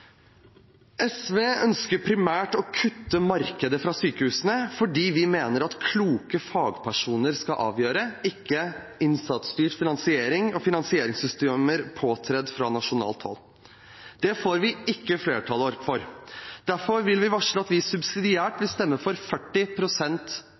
SV ønsker primært å kutte markedet fra sykehusene, fordi vi mener at kloke fagpersoner skal avgjøre, ikke innsatsstyrt finansiering og finansieringssystemer påført fra nasjonalt hold. Det får vi ikke flertall for, og derfor vil vi varsle at vi subsidiært